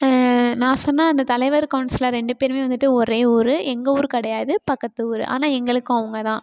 நான் சொன்ன அந்தத் தலைவர் கவுன்சிலர் ரெண்டு பேரும் வந்துட்டு ஒரே ஊர் எங்கள் ஊர் கிடையாது பக்கத்து ஊர் ஆனால் எங்களுக்கும் அவங்கள் தான்